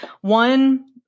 one